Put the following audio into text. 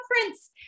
conference